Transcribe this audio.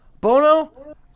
Bono